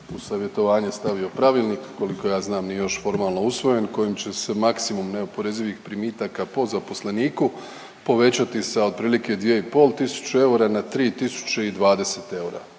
u savjetovanje stavio pravilnik, koliko ja znam nije još formalno usvojen kojim će se maksimum neoporezivih primitaka po zaposleniku povećati sa otprilike 2.500 eura na 3.020 eura